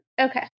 Okay